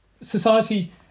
society